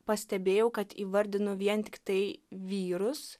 pastebėjau kad įvardinu vien tiktai vyrus